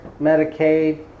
Medicaid